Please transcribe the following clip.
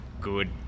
good